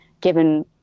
given